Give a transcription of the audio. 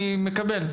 אני מקבל.